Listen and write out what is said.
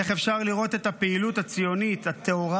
איך אפשר לראות את הפעילות הציונית הטהורה